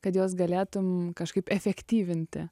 kad juos galėtum kažkaip efektyvinti